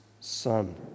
Son